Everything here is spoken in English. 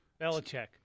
Belichick